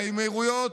באמירויות,